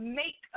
make